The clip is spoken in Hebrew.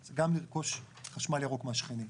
זה גם לרכוש חשמל ירוק מהשכנים.